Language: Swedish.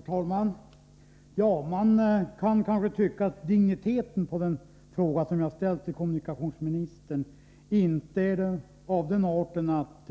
Herr talman! Man kan kanske tycka att digniteten på den fråga som jag har ställt till kommunikationsministern inte är av den arten att